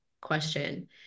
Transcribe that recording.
question